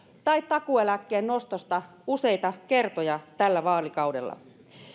tai takuueläkkeen nostosta useita kertoja tällä vaalikaudella